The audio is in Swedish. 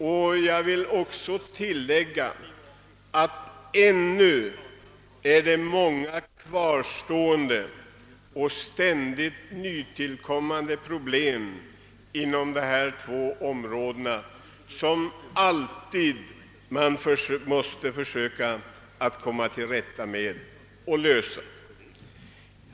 Och jag vill tilllägga att vi har många kvarstående och ständigt nytillkommande problem inom dessa två områden att försöka komma till rätta med.